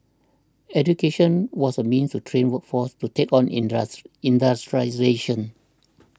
education was a means to train a workforce to take on industral industrialisation